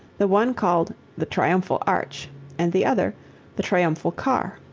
the one called the triumphal arch and the other the triumphal car.